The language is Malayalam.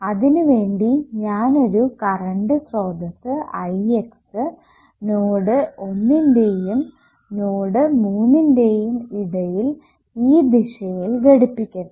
അതിനു വേണ്ടി ഞാൻ ഒരു കറണ്ട് സ്രോതസ്സ് Ix നോഡ് ഒന്നിന്റെയും നോഡ് മൂന്നിന്റേയും ഇടയിൽ ഈ ദിശയിൽ ഘടിപ്പിക്കട്ടെ